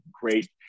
great